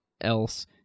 else